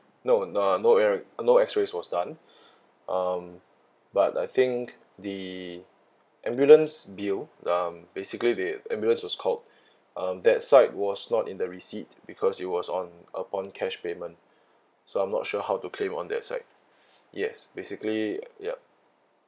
no uh no X-ray uh no X-rays was done um but I think the ambulance bill um basically the ambulance was called um that side was not in the receipt because it was on upon cash payment so I'm not sure how to claim on that side yes basically yup